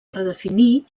redefinir